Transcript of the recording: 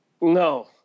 No